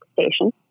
station